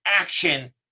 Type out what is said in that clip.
action